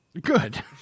Good